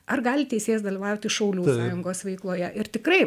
ar gali teisėjas dalyvauti šaulių sąjungos veikloje ir tikrai